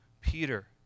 Peter